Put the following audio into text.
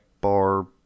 bar